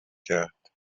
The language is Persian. کرد